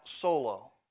solo